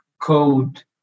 code